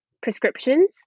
prescriptions